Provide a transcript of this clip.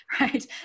Right